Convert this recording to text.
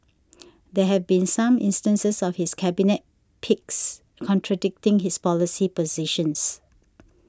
there have been some instances of his Cabinet picks contradicting his policy positions